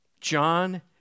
John